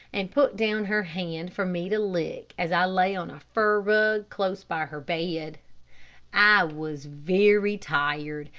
and put down her hand for me to lick as i lay on a fur rug close by her bed. i was very tired,